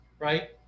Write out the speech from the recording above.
right